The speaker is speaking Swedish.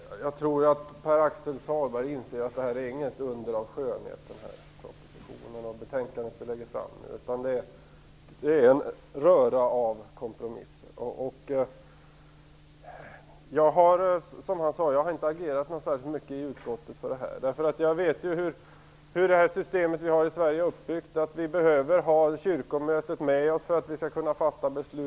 Herr talman! Jag tror att Pär-Axel Sahlberg inser att propositionen och det betänkande som vi nu har lagt fram inte är några under av skönhet, utan det är en röra av kompromisser. Jag har, som sagts, inte agerat särskilt mycket i utskottet för detta. Jag vet hur systemet i Sverige är uppbyggt. Vi behöver ha Kyrkomötet med oss för att kunna fatta beslut.